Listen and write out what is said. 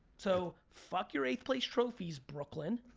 so fuck your eighth place trophies, brooklyn,